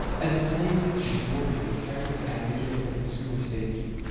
as a scientist, she's worked as a tireless advocate for consumer safety.